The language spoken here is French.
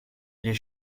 les